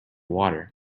water